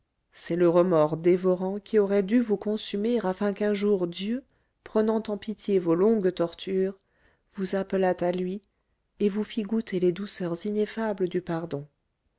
c'est le remords dévorant qui aurait dû vous consumer afin qu'un jour dieu prenant en pitié vos longues tortures vous appelât à lui et vous fît goûter les douceurs ineffables du pardon